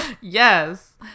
Yes